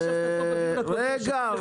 רגע,